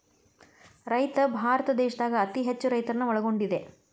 ರೈತ ಭಾರತ ದೇಶದಾಗ ಅತೇ ಹೆಚ್ಚು ರೈತರನ್ನ ಒಳಗೊಂಡಿದೆ